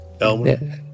Elmer